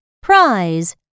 prize